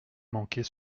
manquer